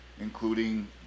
including